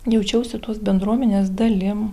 jaučiausi tos bendruomenės dalim